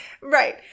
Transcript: Right